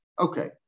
Okay